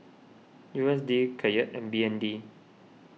U S D Kyat and B N D